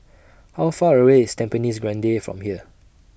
How Far away IS Tampines Grande from here